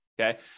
okay